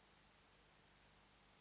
Grazie